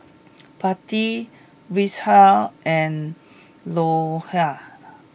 Potti Vishal and Rohit